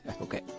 Okay